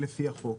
לפי החוק.